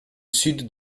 sud